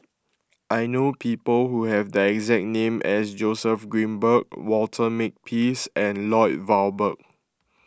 I know people who have that exact name as Joseph Grimberg Walter Makepeace and Lloyd Valberg